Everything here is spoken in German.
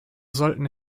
sollten